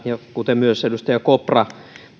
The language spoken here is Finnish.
kuten myös edustaja kopra